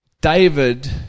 David